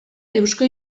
eusko